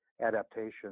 adaptation